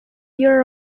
year